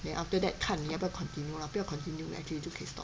then after 看你要不要 continue lah 不要 continue actually 就可以 stop